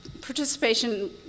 participation